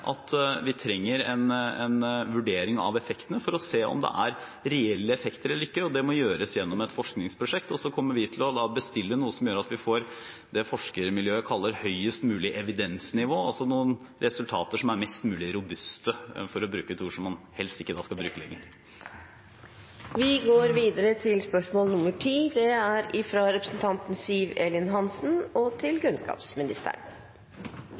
at vi trenger en vurdering av effektene for å se om det er reelle effekter eller ikke, og det må gjøres gjennom et forskningsprosjekt. Vi kommer til å bestille noe som gjør at vi får det som forskermiljøet kaller høyest mulig evidensnivå, altså noen resultater som er mest mulig robuste, for å bruke et ord som man helst ikke skal bruke.